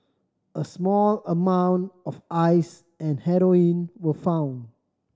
a small amount of Ice and heroin were found